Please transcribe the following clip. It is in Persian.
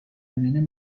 میان